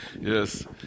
Yes